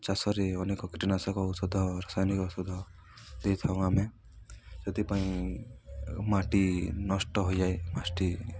ଚାଷରେ ଅନେକ କୀଟନାଶକ ଔଷଧ ରାସାୟନିକ ଔଷଧ ଦେଇଥାଉ ଆମେ ସେଥିପାଇଁ ମାଟି ନଷ୍ଟ ହୋଇଯାଏ